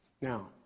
Now